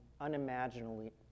unimaginably